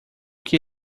que